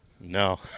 No